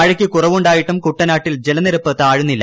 മഴയ്ക്ക് കുറവുണ്ടായിട്ടും കുട്ടനാട്ടിൽ ജലനിരപ്പ് താഴുന്നില്ല